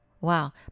Wow